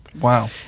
Wow